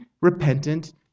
repentant